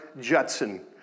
Judson